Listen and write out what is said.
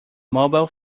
mobile